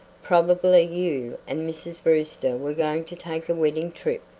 probably you and mrs. brewster were going to take a wedding trip,